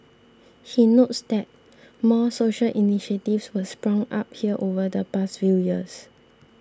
he notes that more social initiatives were sprung up here over the past few years